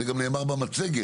זה גם נאמר במצגת.